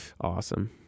Awesome